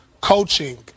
coaching